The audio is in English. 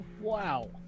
Wow